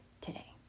today